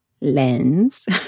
lens